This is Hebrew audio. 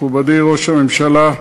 מכובדי ראש הממשלה,